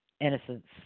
Innocence